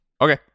Okay